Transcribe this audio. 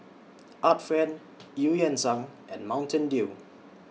Art Friend EU Yan Sang and Mountain Dew